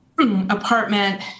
apartment